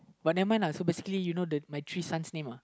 but never mind lah so basically you know the my three son's name uh